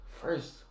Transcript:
first